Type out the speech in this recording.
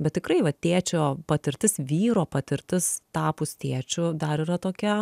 bet tikrai va tėčio patirtis vyro patirtis tapus tėčiu dar yra tokia